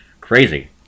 crazy